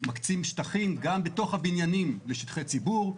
מקצים שטחים גם בתוך הבניינים לשטחי ציבור,